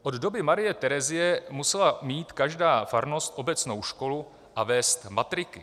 Od doby Marie Terezie musela mít každá farnost obecnou školu a vést matriku.